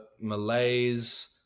Malays